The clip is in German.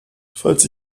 falls